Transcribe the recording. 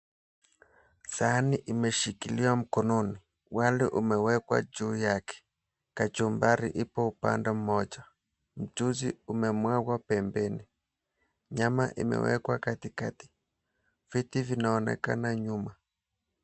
Sahani imeshikiliwa mkononi. Wali umewekwa juu yake, kachumbari ipo upande mmoja, mchuzi umemwagwa pembeni, nyama imewekwa katikati, viti vinaonekana nyuma.